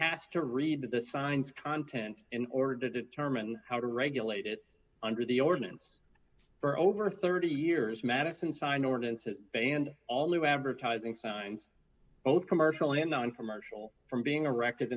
has to read the signs content in order to determine how to regulate it under the ordinance for over thirty years madison sign ordinances banned all new advertising signs both commercial and noncommercial from being erected